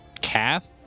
calf